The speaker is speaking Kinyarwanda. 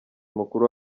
mukuru